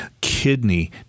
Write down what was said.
kidney